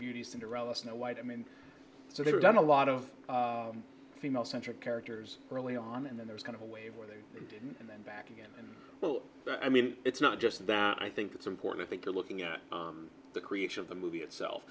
beauty cinderella snow white i mean so they've done a lot of female centric characters early on and then there's kind of a wave where there and then back again and well i mean it's not just that i think it's important that you're looking at the creation of the movie itself